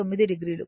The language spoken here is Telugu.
9 o